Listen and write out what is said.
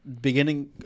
beginning